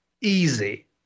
easy